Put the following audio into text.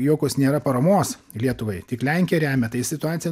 jokios nėra paramos lietuvai tik lenkija remia tai situacija